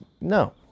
No